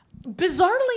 Bizarrely